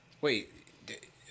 Wait